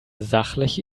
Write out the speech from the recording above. sachliche